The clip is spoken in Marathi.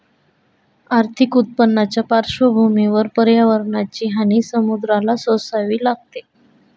आर्थिक उत्पन्नाच्या पार्श्वभूमीवर पर्यावरणाची हानी समुद्राला सोसावी लागते